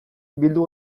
bildu